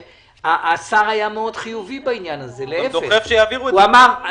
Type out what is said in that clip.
השר היה מאוד חיובי בעניין הזה, להפך, הוא אמר,